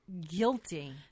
guilty